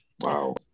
wow